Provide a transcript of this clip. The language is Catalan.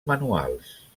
manuals